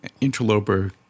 interloper